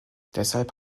deshalb